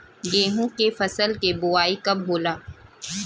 गेहूं के फसल के बोआई कब होला?